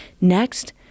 Next